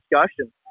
discussion